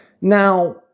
now